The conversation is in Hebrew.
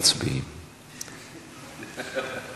מי שנגד, יסתפק בדבר הזה.